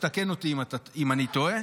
תקן אותי אם אני טועה.